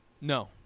No